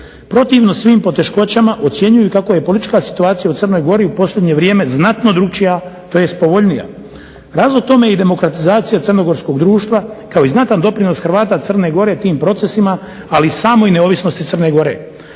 Protivno svim poteškoćama ocjenjuju kako je politička situacija u Crnoj Gori u posljednje vrijeme znatno drukčija tj. povoljnija. Razlog tome je i demokratizacija crnogorskog društva kao i znatan doprinos Hrvata Crne Gore tim procesima, ali i samoj neovisnosti Crne Gore.